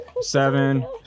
seven